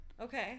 okay